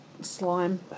slime